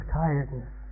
tiredness